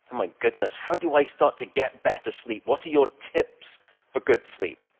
my goodness, how do i start to get better sleep? what are you tips for good sleep?